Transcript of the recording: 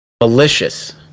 malicious